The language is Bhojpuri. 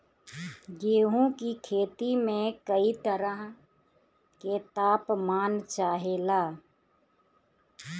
गेहू की खेती में कयी तरह के ताप मान चाहे ला